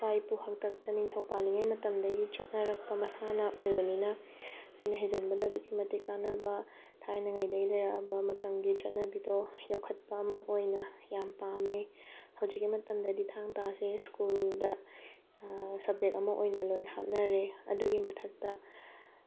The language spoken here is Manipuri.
ꯏꯄꯥ ꯏꯄꯨ ꯍꯥꯛꯇꯛꯇ ꯅꯤꯡꯊꯧ ꯄꯥꯜꯂꯤꯉꯩ ꯃꯇꯝꯗꯒꯤ ꯆꯠꯅꯔꯛꯄ ꯃꯁꯥꯟꯅ ꯑꯣꯏꯕꯅꯤꯅ ꯑꯩꯅ ꯍꯩꯖꯤꯟꯕꯗ ꯑꯗꯨꯛꯀꯤ ꯃꯇꯤꯛ ꯀꯥꯟꯅꯕ ꯊꯥꯏꯅꯉꯩꯗꯒꯤ ꯂꯩꯔꯛꯑꯕ ꯃꯇꯝꯒꯤ ꯆꯠꯅꯕꯤꯗꯣ ꯌꯣꯛꯈꯠꯄ ꯑꯃ ꯑꯣꯏꯅ ꯌꯥꯝ ꯄꯥꯝꯃꯦ ꯍꯧꯖꯤꯛꯀꯤ ꯃꯇꯝꯗꯗꯤ ꯊꯥꯡ ꯇꯥꯁꯦ ꯁ꯭ꯀꯨꯜꯗ ꯁꯞꯖꯦꯛ ꯑꯃ ꯑꯣꯏꯅ ꯂꯣꯏꯅ ꯍꯥꯞꯅꯔꯦ ꯑꯗꯨꯒꯤ ꯃꯊꯛꯇ